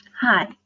Hi